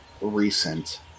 recent